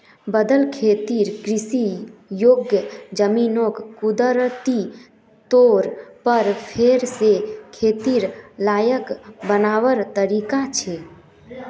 बदल खेतिर कृषि योग्य ज़मीनोक कुदरती तौर पर फेर से खेतिर लायक बनवार तरीका छे